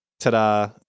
Ta-da